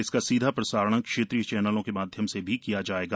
इसका सीधा प्रसारण क्षेत्रीय चेनलों के माध्यम से भी किया जाएगा